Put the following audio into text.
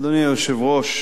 אדוני היושב-ראש,